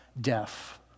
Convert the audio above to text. deaf